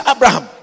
Abraham